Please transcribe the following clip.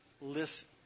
listen